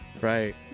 right